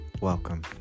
welcome